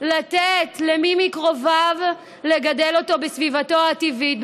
לתת למי מקרוביו לגדל אותו בסביבתו הטבעית,